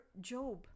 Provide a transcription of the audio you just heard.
Job